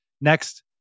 next